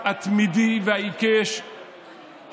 יש פה את החלק של הקואליציה ויש את החלק של